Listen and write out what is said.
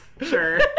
Sure